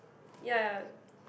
ya ya